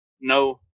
no